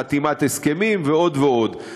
חתימת הסכמים ועוד ועוד.